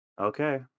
Okay